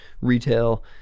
retail